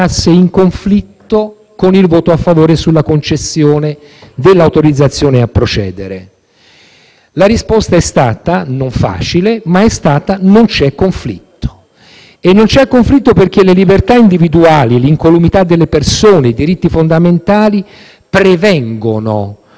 La risposta è stata non facile, ma è stata che non c'è conflitto. E non c'è conflitto perché le libertà individuali, l'incolumità delle persone, i diritti fondamentali prevengono, cioè vengono prima. Inoltre, poiché questo è un tempo dove dilaga il diciannovismo,